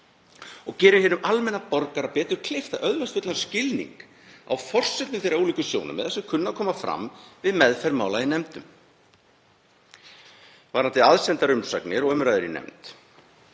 og gerir hinum almenna borgara betur kleift að öðlast fullan skilning á forsendum þeirra ólíku sjónarmiða sem kunna að koma fram við meðferð mála í nefndum. Aðsendar umsagnir og umræður í nefnd: